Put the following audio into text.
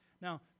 Now